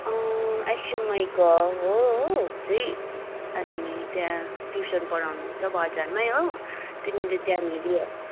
एसयुएमआईको हो हो उ चाहिँ अनि त्यहाँ ट्युसन पढाउनु हुन्छ बजारमै हो तिमीले त्यहाँनिर